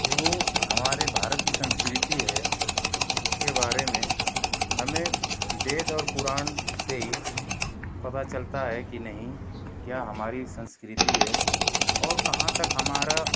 जो हमारे भारत की संस्कृति है उसके बारे में हमें वेद और पुराण से पता चलता है कि नहीं क्या हमारी संस्कृति है और कहाँ तक हमारा